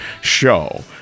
show